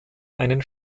einen